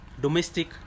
domestic